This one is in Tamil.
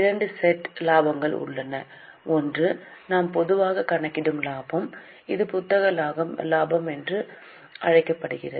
இரண்டு செட் லாபங்கள் உள்ளன ஒன்று நாம் பொதுவாக கணக்கிடும் லாபம் இது புத்தக லாபம் என்று அழைக்கப்படுகிறது